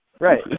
Right